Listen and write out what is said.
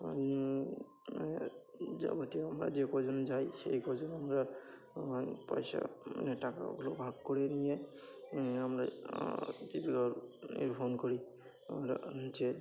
আর যাবতীয় আমরা যে কজন যাই সেই কজন আমরা পয়সা মানে টাকা ওগুলো ভাগ করে নিয়ে আমরা জীবিকা নির্বাহ করি আর যে